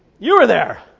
you were there!